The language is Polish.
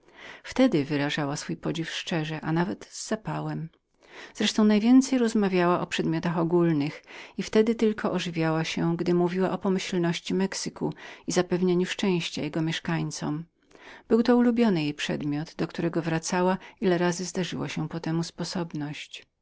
wtedy wyrażała swoje podziwienieniepodziwienie szczerze i z zapałem z resztą najwięcej rozmawiała o przedmiotach ogólnych i wtedy tylko ożywiała się gdy mówiła o pomyślności mexyku i zapewnieniu szczęścia jego mieszkańcom był to ulubiony jej przedmiot do którego wracała ile razy zdarzała się po temu sposobność